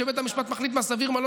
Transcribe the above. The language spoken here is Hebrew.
שבית המשפט מחליט מה סביר,